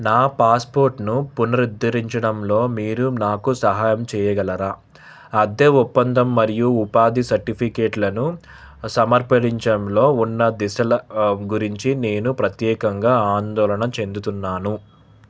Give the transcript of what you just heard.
నా పాస్పోర్ట్ను పునరుద్ధరించడంలో మీరు నాకు సహాయం చేయగలరా అద్దె ఒప్పందం మరియు ఉపాధి సర్టిఫికేట్లను సమర్పించడంలో ఉన్న దిశల గురించి నేను ప్రత్యేకంగా ఆందోళన చెందుతున్నాను